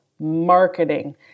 marketing